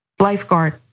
lifeguard